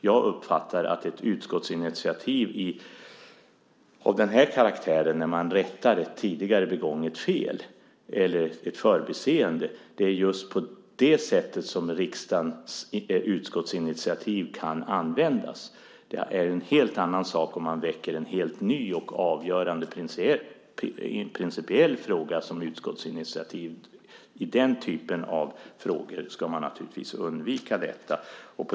Jag uppfattar att ett utskottsinitiativ av den här karaktären, när man rättar ett tidigare begånget fel eller ett förbiseende, är just på det sätt som riksdagens utskottsinitiativ kan användas. Det är en helt annan sak om man väcker en helt ny och avgörande principiell fråga som utskottsinitiativ. I den typen av frågor ska man naturligtvis undvika detta.